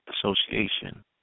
Association